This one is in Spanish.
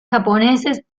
japoneses